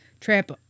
trap